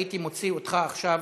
הייתי מוציא אותך עכשיו